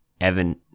evan